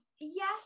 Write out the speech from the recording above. yes